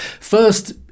First